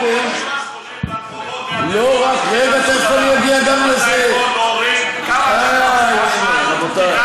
אתה יכול להוריד כמה שאתה רוצה,